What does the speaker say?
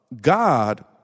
God